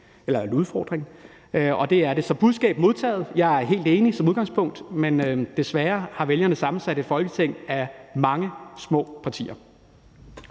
Folkeparti. Og det er det. Så budskabet er modtaget. Jeg er helt enig som udgangspunkt, men desværre har vælgerne sammensat et Folketing af mange små partier.